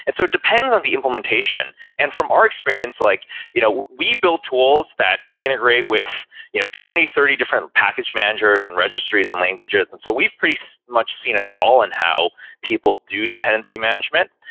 it so depends on the implementation. and from our experience, like you know we built tools that integrate with you know twenty, twenty, thirty different package managers and registries and languages. and so we've pretty so much seen it all and how people do dependency management.